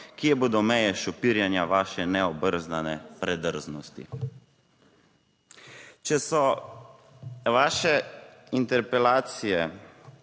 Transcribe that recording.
kje bodo meje šopirjenja vaše neobrzdane predrznosti?" Če so vaše interpelacije